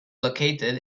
located